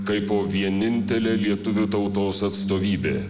kaipo vienintelė lietuvių tautos atstovybė